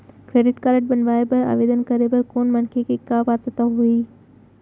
Credit card बनवाए बर आवेदन करे बर कोनो मनखे के का पात्रता होही?